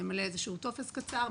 ממלא טופס קצר,